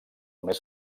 més